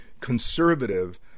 conservative